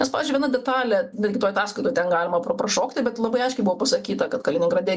nes pavyzdžiui viena detalė irgi toj ataskaitoj ten galima pra prašokti bet labai aiškiai buvo pasakyta kad kaliningrade